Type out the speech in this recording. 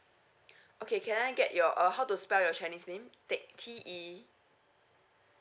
okay can I get your err how to spell your chinese name teck T E